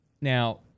Now